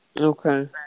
Okay